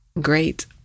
great